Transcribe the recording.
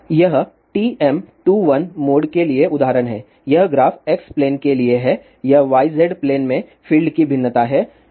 यह TM 21 mode के लिए उदाहरण है यह ग्राफ एक्स प्लेन के लिए है यह yz प्लेन में फील्ड की भिन्नता है